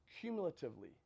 cumulatively